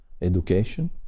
education